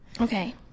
Okay